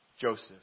Joseph